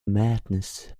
madness